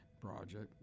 project